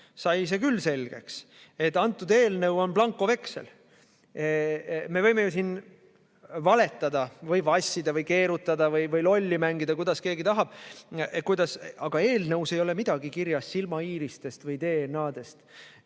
sai see küll selgeks, et antud eelnõu on blankoveksel. Me võime ju siin valetada, vassida või keerutada või lolli mängida, kuidas keegi tahab. Aga eelnõus ei ole midagi kirjas silmaiiristest või DNA‑dest.